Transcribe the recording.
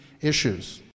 issues